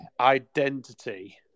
identity